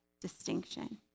distinction